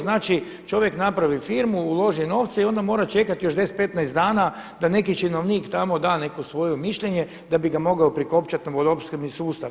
Znači čovjek napravi firmu, uloži novce i onda mora čekati još 10, 15 dana da neki činovnik tamo da neko svoje mišljenje da bi ga mogao prikopčati na vodoopskrbni sustav.